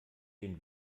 den